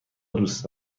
دوست